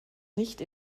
nicht